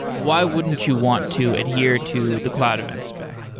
why wouldn't you want to adhere to the cloud event spec?